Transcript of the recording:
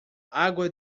água